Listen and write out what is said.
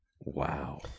Wow